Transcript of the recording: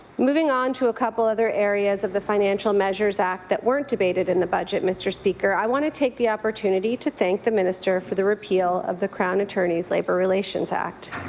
moving on to a couple other areas of the financial measures act that weren't debated in the budgets, mr. speaker, i want to take the opportunity to thank the minister for the repeal of the crown attorney's labour relations act.